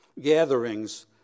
gatherings